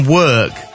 work